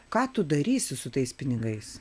ką tu darysi su tais pinigais